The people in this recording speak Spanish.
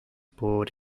por